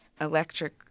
electric